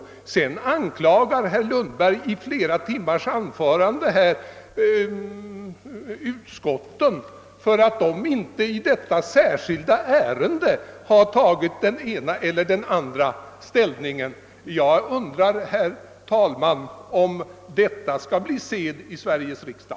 Herr Lundberg anklagar emellertid i ett timslångt anförande här i kammaren utskotten för att dessa inte i detta särskilda ärende tagit den ena eller den andra ställningen. Jag undrar, herr talman, om detta skall bli sed i Sveriges riksdag.